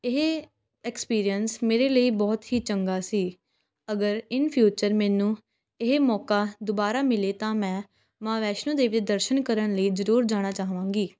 ਇਹ ਐਕਸਪੀਰੀਅੰਸ ਮੇਰੇ ਲਈ ਬਹੁਤ ਹੀ ਚੰਗਾ ਸੀ ਅਗਰ ਇਨ ਫਿਊਚਰ ਮੈਨੂੰ ਇਹ ਮੌਕਾ ਦੁਬਾਰਾ ਮਿਲੇ ਤਾਂ ਮੈਂ ਮਾਂ ਵੈਸ਼ਨੋ ਦੇਵੀ ਦੇ ਦਰਸ਼ਨ ਕਰਨ ਲਈ ਜ਼ਰੂਰ ਜਾਣਾ ਚਾਹਵਾਂਗੀ